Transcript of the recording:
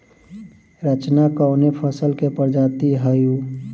रचना कवने फसल के प्रजाति हयुए?